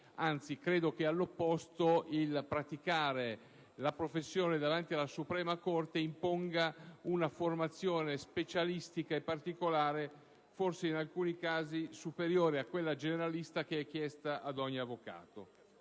credo che il praticare la professione davanti alla suprema Corte imponga una formazione specialistica e particolare e forse, in alcuni casi, superiore a quella generalista richiesta ad ogni avvocato.